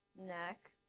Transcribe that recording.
neck